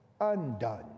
undone